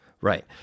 Right